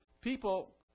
people